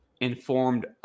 informed